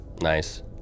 Nice